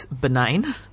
benign